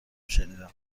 شنیدم